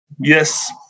Yes